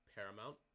Paramount